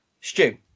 Stu